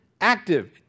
active